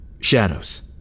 Shadows